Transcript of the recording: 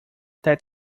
that